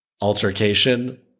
altercation